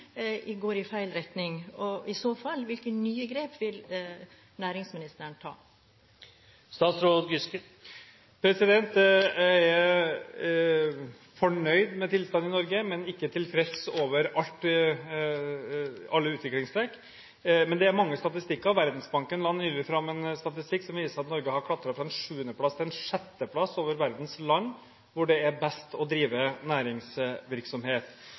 går i feil retning? Og i så fall: Hvilke nye grep vil næringsministeren ta? Jeg er fornøyd med tilstanden i Norge, men ikke tilfreds med alle utviklingstrekk. Men det er mange statistikker: Verdensbanken la nylig fram en statistikk som viser at Norge har klatret fra en syvende plass til en sjette plass over verdens land hvor det er best å drive næringsvirksomhet.